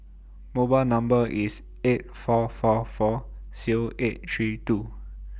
mobile Number IS eight four four four Zero eight three two